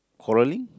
quarreling